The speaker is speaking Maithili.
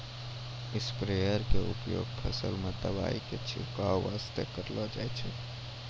स्प्रेयर के उपयोग फसल मॅ दवाई के छिड़काब वास्तॅ करलो जाय छै